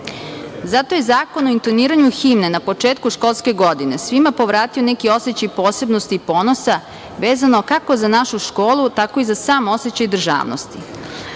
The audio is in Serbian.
je Zakon o intoniranju himne na početku školske godine svima povratio neki osećaj posebnosti i ponosa vezano kako za našu školu, tako i za sam osećaj državnosti.